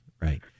right